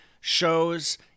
shows